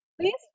Please